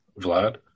Vlad